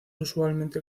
usualmente